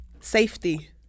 Safety